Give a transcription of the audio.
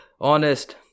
honest